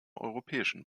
europäischen